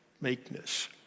meekness